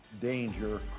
Danger